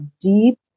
deep